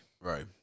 Right